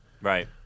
Right